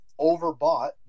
overbought